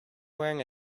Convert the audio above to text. wearing